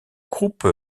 groupe